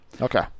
Okay